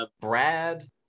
Brad